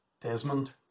Desmond